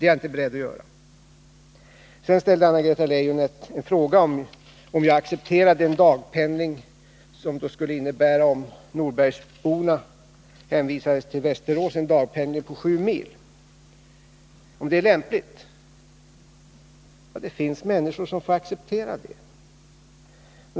Anna-Greta Leijon ställde en fråga, om jag accepterade en dagpendling som skulle omfatta — om norbergsborna hänvisades till Västerås — sju mil. Hon frågade om det var lämpligt. Ja, det finns människor som får acceptera en sådan pendling.